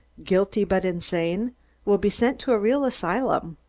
guilty but insane will be sent to a real asylum.